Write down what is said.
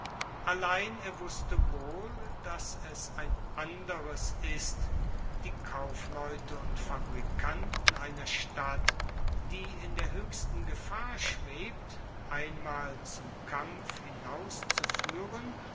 allein er wusste wohl dass es ein anderes ist die kaufleute und fabrikanten einer stadt die in der hoechsten gefahr schwebt einmal zum kampf hinauszufuehren